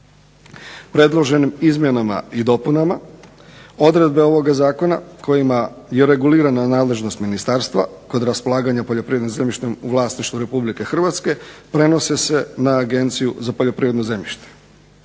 Predloženim izmjenama i dopunama odredbe ovoga zakona kojima je regulirana nadležnost ministarstva kod raspolaganja poljoprivrednim zemljištem u vlasništvu RH prenose se na Agenciju za poljoprivredno zemljište.